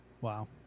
Wow